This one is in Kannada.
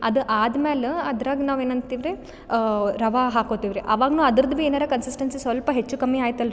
ಅದು ಆದ್ಮೇಲೆ ಅದರಾಗ ನಾವು ಏನು ಅಂತಿವ್ರಿ ರವೆ ಹಾಕೊತೀವ್ರಿ ಅವಾಗ ಅದ್ರದ್ದು ಬಿ ಏನಾರ ಕನ್ಸಿಸ್ಟೆನ್ಸಿ ಸ್ವಲ್ಪ ಹೆಚ್ಚು ಕಮ್ಮಿ ಆಯಿತಲ್ರಿ